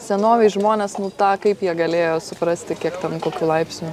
senovėje žmonės nu tą kaip jie galėjo suprasti kiek tam kokių laipsnių